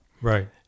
Right